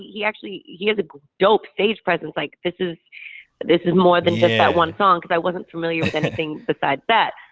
he actually has a dope stage presence. like, this is this is more than just that one song. i wasn't familiar with anything besides that.